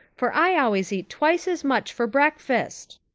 for i always eat twice as much for breakfast.